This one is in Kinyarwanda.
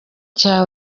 cya